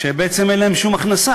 כשבעצם אין להם שום הכנסה.